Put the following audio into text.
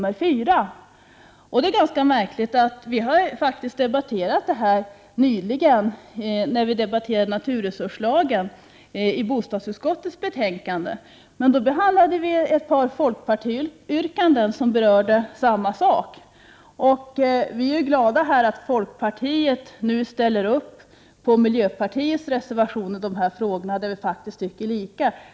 Vi har faktiskt nyligen debatterat denna fråga i samband med debatten om naturresurslagen, som behandlades i ett betänkande från bostadsutskottet, men det var då fråga om ett par folkpartiyrkanden. Vi i miljöpartiet är glada över att folkpartiet nu ställer upp bakom miljöpartiets reservationer i dessa frågor, eftersom vi faktiskt tycker lika.